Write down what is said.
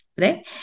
Right